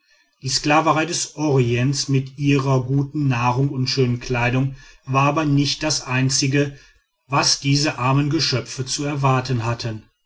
die sklaverei des orients mit ihrer guten nahrung und schönen kleidung war aber nicht das einzige was diese armen geschöpfe zu erwarten hatten